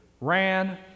ran